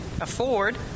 afford